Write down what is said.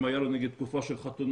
אם הייתה תקופה של חתונות,